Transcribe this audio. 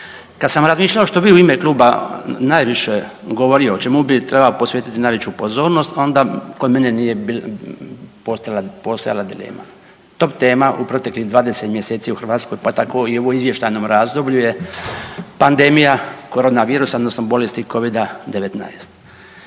Kada sam razmišljao što bi u ime Kluba najviše govorio, čemu treba posvetiti najveću pozornost onda kod mene nije postojala dilema. Top tema u proteklih 20 mjeseci u Hrvatskoj, pa tako i u ovom izvještajnom razdoblju je pandemija korona virusa odnosno bolesti Covida 19.